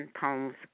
poems